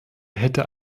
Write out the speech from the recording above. hätte